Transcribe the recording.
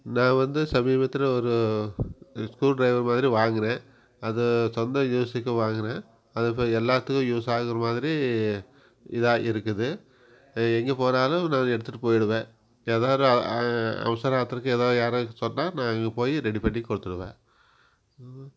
நான் வந்து சமீபத்தில் ஒரு ஸ்குரு டிரைவர் மாதிரி வாங்கினேன் அது சொந்த யூஸ்சுக்கு வாங்கினேன் அது இப்போ எல்லாத்துக்கும் யூஸ் ஆகிற மாதிரி இதாக இருக்குது எங்கே போனாலும் எடுத்துகிட்டு போயிடுவேன் ஏதாவது அவசர ஆத்திரத்துக்கு ஏதாவது யாராது சொன்னால் நான் போய் ரெடி பண்ணி கொடுத்துருவேன்